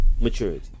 maturity